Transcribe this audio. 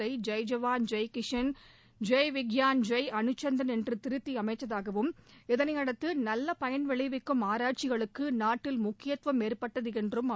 ஜெய் ஜவான் ஜெய் கிஷான் ஜெய் விக்யாள் ஜெய் அனுசந்தன் என்று திருத்தி அமைத்ததாகவும் இதளை அடுத்து நல்ல பயன் விளைவிக்கும் ஆராய்ச்சிகளுக்கு நாட்டில் முக்கியத்துவம் ஏற்பட்டது என்றும் அமைச்சர் குறிப்பிட்டார்